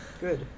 Good